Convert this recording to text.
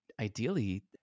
ideally